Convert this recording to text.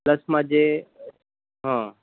પ્લસમાં જે હા